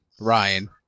Ryan